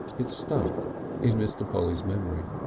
it stuck in mr. polly's memory.